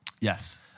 yes